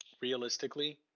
realistically